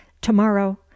to-morrow